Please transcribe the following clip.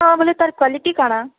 ହଁ ବୋଲୋ ତାର କ୍ୱାଲିଟି କ'ଣ